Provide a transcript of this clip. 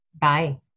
Bye